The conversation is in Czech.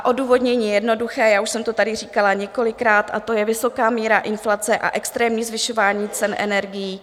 Odůvodnění je jednoduché, já už jsem to tady říkala několikrát, a to je vysoká míra inflace a extrémní zvyšování cen energií.